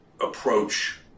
approach